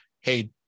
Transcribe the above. Hey